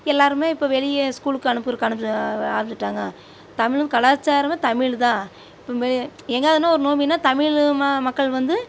எல்லோருமே இப்போ வெளியே ஸ்கூலுக்கு அனுப்புறதுக்கு அனுப்பிச்சு ஆரமிச்சுட்டாங்க தமிழும் கலாச்சாரமே தமிழ் தான் ரொம்பவே எங்காவதுனா ஒரு நோவினா தமிழ் மா மக்கள் வந்து